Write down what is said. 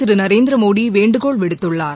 திரு நரேந்திரமோடி வேண்டுகோள் விடுத்துள்ளார்